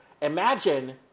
Imagine